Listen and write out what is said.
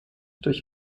durch